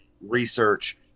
research